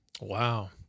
Wow